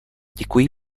děkuji